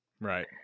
Right